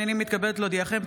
הינני מתכבדת להודיעכם,